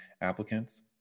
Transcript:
applicants